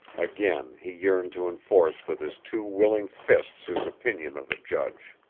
again he yearned to enforce with his two willing fists his opinion of the judge.